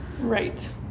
Right